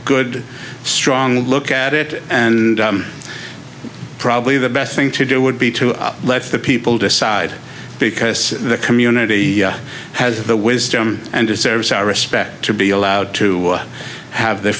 good strong look at it and probably the best thing to do would be to let the people decide because the community has the wisdom and deserves our respect to be allowed to have the